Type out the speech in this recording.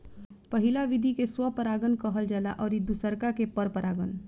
पहिला विधि स्व परागण कहल जाला अउरी दुसरका के पर परागण